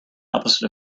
opposite